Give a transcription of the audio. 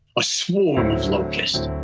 a swarm of locusts,